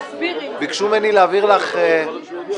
ביקשו ממני להעביר לך חוק,